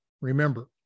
Remember